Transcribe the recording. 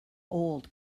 old